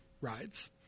rides